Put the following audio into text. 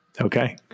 Okay